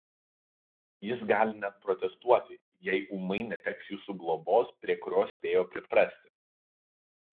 jis gali net protestuoti jei ūmai neteks jūsų globos prie kurios spėjo priprasti